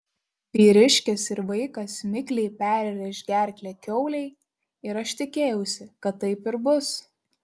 vyriškis ir vaikas mikliai perrėš gerklę kiaulei ir aš tikėjausi kad taip ir bus